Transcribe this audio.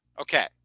Okay